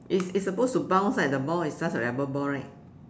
it's it's supposed to bounce right the ball is just a rubber ball right